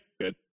good